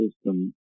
system